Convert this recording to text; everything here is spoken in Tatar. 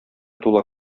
тула